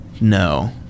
No